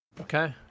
Okay